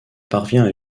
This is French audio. parvient